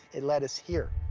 it led us here,